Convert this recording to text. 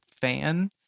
fan